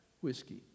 whiskey